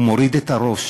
הוא מוריד את הראש.